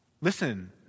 Listen